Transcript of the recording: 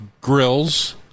grills